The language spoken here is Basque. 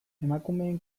emakumeen